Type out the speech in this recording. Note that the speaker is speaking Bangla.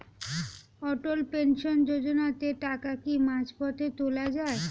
অটল পেনশন যোজনাতে টাকা কি মাঝপথে তোলা যায়?